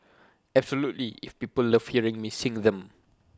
absolutely if people love hearing me sing them